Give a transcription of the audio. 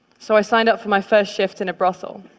so i signed up for my first shift in a brothel.